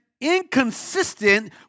inconsistent